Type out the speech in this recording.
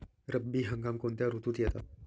रब्बी हंगाम कोणत्या ऋतूत येतात?